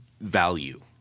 value